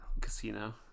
Casino